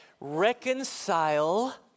Reconcile